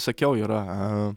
sakiau yra